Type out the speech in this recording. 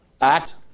act